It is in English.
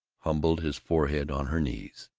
humbled his forehead on her knees.